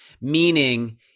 Meaning